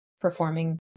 performing